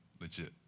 legit